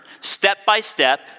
step-by-step